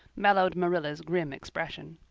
mellowed marilla's grim expression.